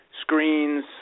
screens